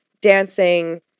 dancing